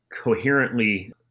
coherently